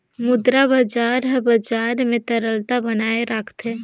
मुद्रा बजार हर बजार में तरलता बनाए राखथे